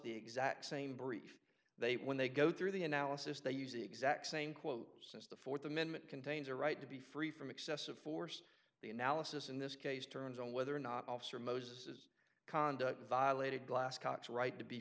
the exact same brief they when they go through the analysis they use the exact same quote since the fourth amendment contains a right to be free from excessive force the analysis in this case turns on whether or not officer moses is conduct violated glasscock right to be